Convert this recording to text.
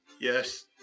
Yes